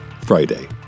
Friday